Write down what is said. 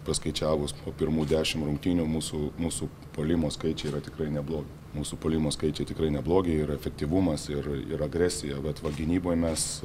paskaičiavus po pirmų dešimt rungtynių mūsų mūsų puolimo skaičiai yra tikrai neblogi mūsų puolimo skaičiai tikrai neblogi ir efektyvumas ir ir agresija bet va gynyboj mes